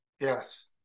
Yes